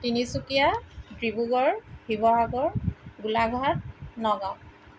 Tinsukia Dibrugarh Sivasagar Golaghat Nagaon